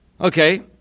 Okay